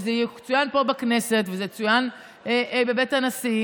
שזה יצוין פה בכנסת ושזה יצוין בבית הנשיא,